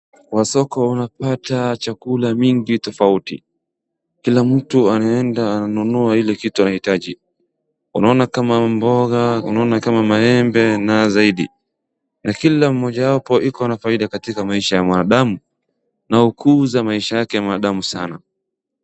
Kwa soko unapata chakula mingi tofauti, kila mtu anaenda ananunua ile kitu anahitaji, unaona kama mboga, unaona kama maembe na zaidi. Na kila mmoja yao iko na faida katika maisha ya mwanadamu, na hukuza maisha yake mwanadamu sana.